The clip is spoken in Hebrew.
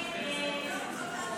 מענה אנושי